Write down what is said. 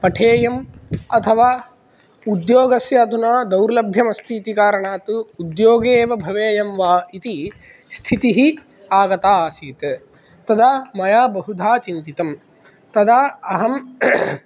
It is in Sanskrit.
पठेयम् अथवा उद्योगस्य अधुना दौर्लभ्यम् अस्ति इति कारणात् उद्योगे एव भवेयं वा इति स्थितिः आगता आसीत् तदा मया बहुधा चिन्तितं तदा अहं